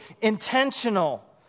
intentional